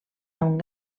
amb